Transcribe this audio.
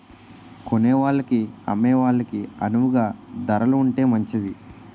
కొనేవాళ్ళకి అమ్మే వాళ్ళకి అణువుగా ధరలు ఉంటే మంచిది